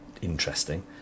interesting